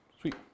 Sweet